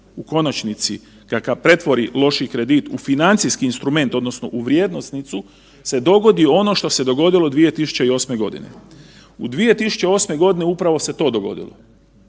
u konačnici kada pretvori loši kredit u financijski instrument odnosno u vrijednosnicu se dogodi ono što se dogodilo 2008. godine. U 2008. godini upravo se to dogodilo,